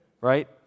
Right